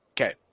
okay